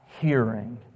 hearing